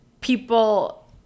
people